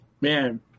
man